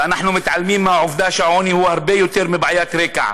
ואנחנו מתעלמים מהעובדה שהעוני הוא הרבה יותר מבעיית רקע,